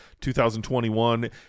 2021